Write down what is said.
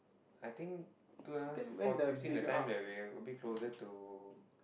I think two thousand four fifteen that time we were a bit closer to